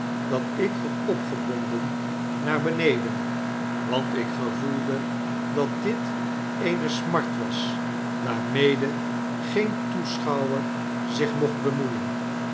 dat ik had opgebonden naar beneden want ik gevoelde dat dit eene smart was waarmede geen toeschouwer zich mocht bemoeien